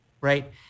right